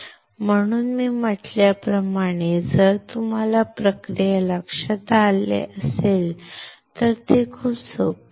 म्हणून मी म्हटल्याप्रमाणे जर तुम्हाला प्रक्रिया लक्षात असेल तर ते खूप सोपे आहे